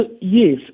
yes